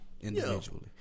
individually